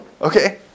Okay